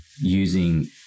using